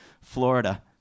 Florida